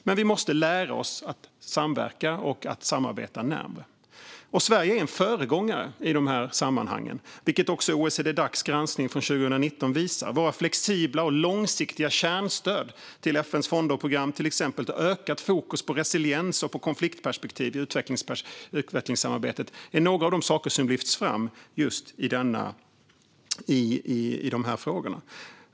Men vi måste lära oss att samverka och samarbeta närmare. Sverige är en föregångare i de här sammanhangen, vilket också OECD-Dacs granskning från 2019 visar. Våra flexibla och långsiktiga kärnstöd till FN:s fonder och program har till exempel ökat fokus på resiliens och på konfliktperspektiv i utvecklingssamarbetet. Det är några av de saker som lyfts fram.